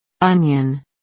Onion